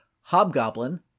Hobgoblin